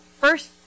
first